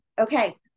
Okay